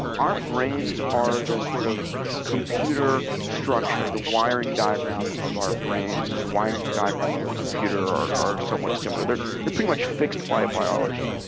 our brains are the sort of computer structure, the wiring diagram of our brains and the wiring diagram of a computer are somewhat similar. they're they're pretty much fixed by biology.